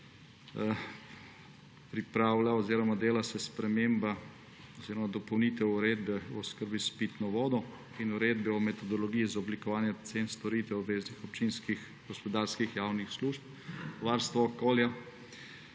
do konca mandata. Dela se sprememba oziroma dopolnitev Uredbe o oskrbi s pitno vodo in Uredbe o metodologiji za oblikovanje cen storitev obveznih občinskih gospodarskih javnih služb varstva okolja.